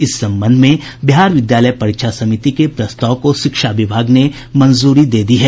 इस संबंध में बिहार विद्यालय परीक्षा समिति के प्रस्ताव को शिक्षा विभाग ने मंजूरी दे दी है